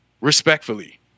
Respectfully